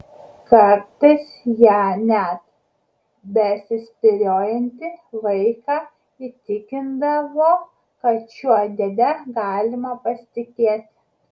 kartais ja net besispyriojantį vaiką įtikindavo kad šiuo dėde galima pasitikėti